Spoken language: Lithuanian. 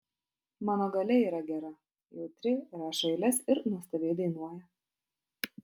mano galia yra gera jautri rašo eiles ir nuostabiai dainuoja